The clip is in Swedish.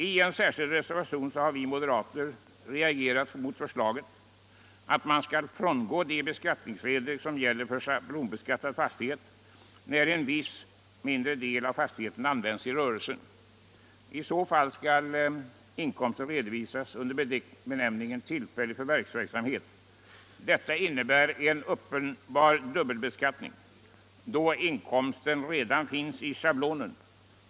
I en särskild reservation har vi moderater reagerat mot förslaget att man skall frångå de beskattningsregler som gäller för schablonbeskattad fastighet när viss mindre del av fastigheten används i rörelsen. I sådana fall skall inkomsten redovisas under benämningen tillfällig förvärvsverksamhet. Detta innebär en uppenbar dubbelbeskattning, då den inkomsten redan finns i schablonen.